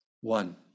One